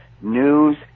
News